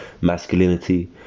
masculinity